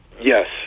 Yes